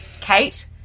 Kate